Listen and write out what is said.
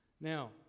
Now